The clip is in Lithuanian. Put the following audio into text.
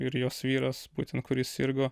ir jos vyras būtent kuris sirgo